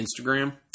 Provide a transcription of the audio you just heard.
Instagram